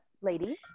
lady